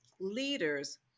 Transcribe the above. leaders